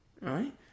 right